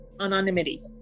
anonymity